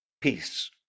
peace